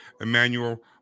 Emmanuel